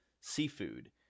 seafood